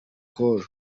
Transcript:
col